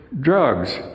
drugs